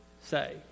say